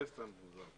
יש דרגה של המנכ"ל,